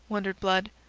wondered blood.